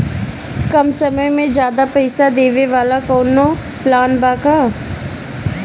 कम समय में ज्यादा पइसा देवे वाला कवनो प्लान बा की?